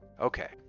okay